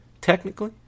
technically